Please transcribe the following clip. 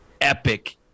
epic